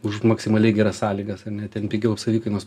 už maksimaliai geras sąlygas ar ne ten pigiau savikainos